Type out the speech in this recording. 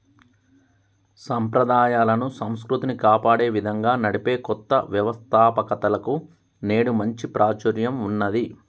సంప్రదాయాలను, సంస్కృతిని కాపాడే విధంగా నడిపే కొత్త వ్యవస్తాపకతలకు నేడు మంచి ప్రాచుర్యం ఉన్నది